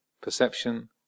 perception